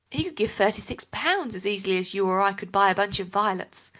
he could give thirty-six pounds as easily as you or i could buy a bunch of violets.